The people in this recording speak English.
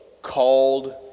called